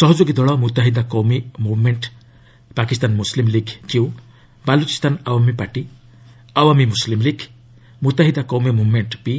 ସହଯୋଗୀ ଦଳ Muttahida Qaumi Movement Pakistan Muslim League Q Balochistan Awami Party Awami Muslim League Muttahida Qaumi Movement P